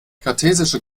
kartesische